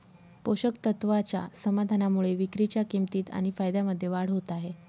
पोषक तत्वाच्या समाधानामुळे विक्रीच्या किंमतीत आणि फायद्यामध्ये वाढ होत आहे